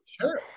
Sure